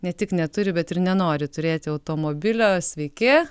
ne tik neturi bet ir nenori turėti automobilio sveiki